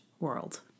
world